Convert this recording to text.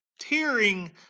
Tearing